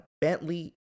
Bentley